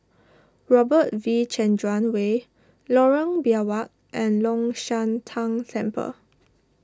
Robert V Chandran Way Lorong Biawak and Long Shan Tang Temple